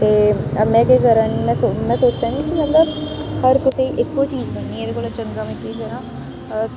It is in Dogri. ते में केह् करा नी में सोचा नी कि मतलब हर कुसैई इक्को चीज़ करनी एह्दे कोला चंगा में केह् करां